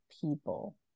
people